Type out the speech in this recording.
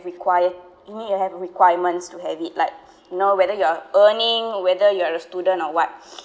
require it mean you have requirements to have it like you know whether you are earning whether you are a student or what